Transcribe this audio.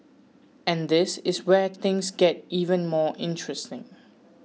and this is where things get even more interesting